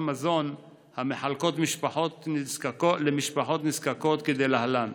מזון המחלקות למשפחות נזקקות כדלהלן: